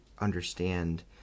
understand